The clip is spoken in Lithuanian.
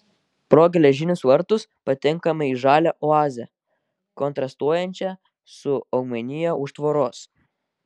pro geležinius vartus patenkame į žalią oazę kontrastuojančią su augmenija už tvoros